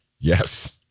Yes